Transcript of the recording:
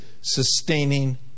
sustaining